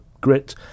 grit